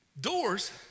Doors